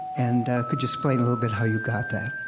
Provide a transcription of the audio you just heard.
and could you explain a little bit how you got that?